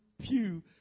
Pew